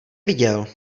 viděl